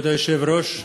כבוד היושב-ראש,